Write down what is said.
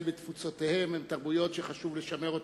בתפוצותיהן הן תרבויות שחשוב לשמר אותן.